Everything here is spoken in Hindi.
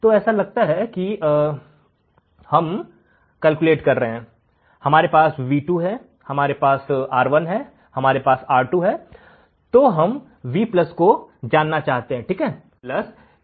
तो ऐसा लगता है कि हम माप रहे हैं हमारे पास V2 है हमारे पास R1 है हमारे पास R2 है और हम V को मापना चाह रहे हैं ठीक है